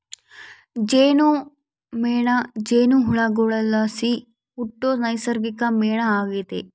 ಜೇನುಮೇಣ ಜೇನುಹುಳುಗುಳ್ಲಾಸಿ ಹುಟ್ಟೋ ನೈಸರ್ಗಿಕ ಮೇಣ ಆಗೆತೆ